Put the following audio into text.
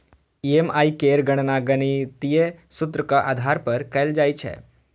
EMI केर गणना गणितीय सूत्रक आधार पर कैल जाइ छै